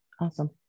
awesome